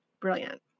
Brilliant